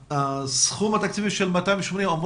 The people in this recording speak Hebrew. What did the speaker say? הסכום התקציבי של 280 מיליון שקלים אמור